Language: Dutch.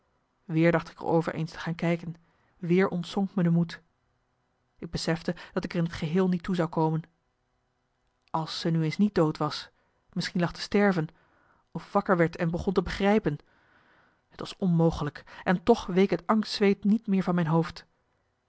weer dacht ik er over eens te gaan kijken weer ontzonk me de moed marcellus emants een nagelaten bekentenis ik besefte dat ik er in t geheel niet toe zou komen als ze nu eens niet dood was misschien lag te sterven of wakker werd en begon te begrijpen t was onmogelijk en toch week het angstzweet niet meer van mijn hoofd